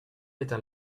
éteint